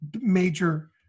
major